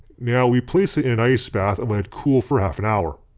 now we place it in a ice bath and let it cool for half an hour.